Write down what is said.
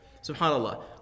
SubhanAllah